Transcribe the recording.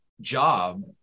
job